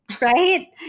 Right